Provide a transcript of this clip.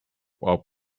while